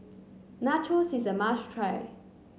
nachos is a must try